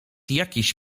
jakiś